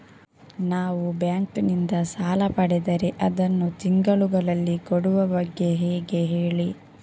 ನಾವು ಬ್ಯಾಂಕ್ ನಿಂದ ಸಾಲ ಪಡೆದರೆ ಅದನ್ನು ತಿಂಗಳುಗಳಲ್ಲಿ ಕೊಡುವ ಬಗ್ಗೆ ಹೇಗೆ ಹೇಳಿ